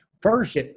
First